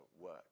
work